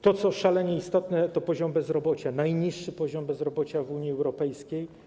To, co szalenie istotne, to poziom bezrobocia - najniższy poziom bezrobocia w Unii Europejskiej.